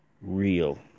real